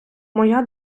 моя